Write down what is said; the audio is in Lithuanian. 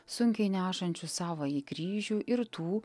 sunkiai nešančių savąjį kryžių ir tų